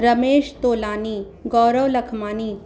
Ramesh Tolani Gaurav Lakhmani